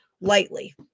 lightly